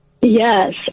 Yes